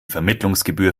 vermittlungsgebühr